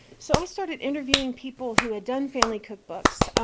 so i started interviewing people who had done family cookbooks.